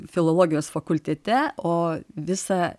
filologijos fakultete o visa